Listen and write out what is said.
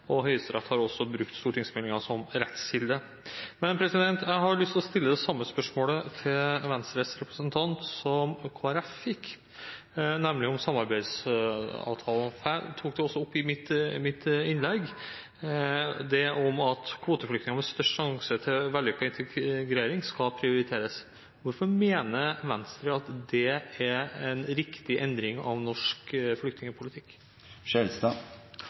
og Høyesterett har også brukt stortingsmeldingen som rettskilde. Jeg har lyst å stille det samme spørsmålet som Kristelig Folkeparti fikk, til Venstres representant, nemlig det som gjelder samarbeidsavtalen, og jeg tok også opp i mitt innlegg, det med at kvoteflyktninger med størst sjanse for vellykket integrering skal prioriteres. Hvorfor mener Venstre at dette er en riktig endring av norsk